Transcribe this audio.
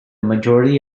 majority